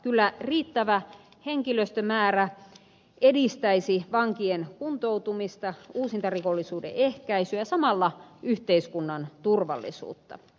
kyllä riittävä henkilöstömäärä edistäisi vankien kuntoutumista uusintarikollisuuden ehkäisyä ja samalla yhteiskunnan turvallisuutta